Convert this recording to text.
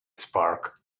spark